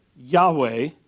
Yahweh